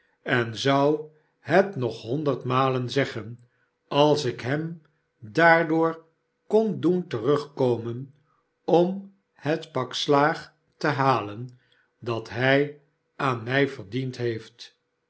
en zou het nog honderd malen zeggen als ik hem daardoor kon doen terugkomen om het pak slaag te halen dat hij aan mij verdiend heeft